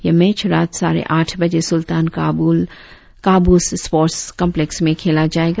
यह मैच रात साढ़े आठ बजे सुल्तान काब्रस स्पोर्टर्स कॉम्पलेक्स में खेला जायेगा